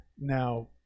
now